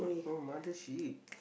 oh mother sheep